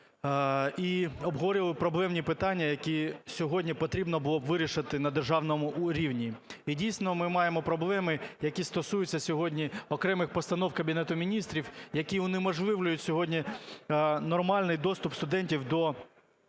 і обговорювали проблемні питання, які сьогодні потрібно було б вирішити на державному рівні. І, дійсно, ми маємо проблеми, які стосуються сьогодні окремих постанов Кабінету Міністрів, які унеможливлюють сьогодні нормальний доступ студентів до підтримки